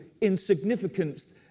insignificance